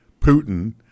Putin